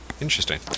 interesting